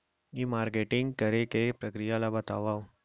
ई marketing करे के प्रक्रिया ला बतावव?